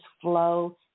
flow